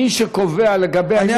מי שקובע לגבי הדיון הזה זה,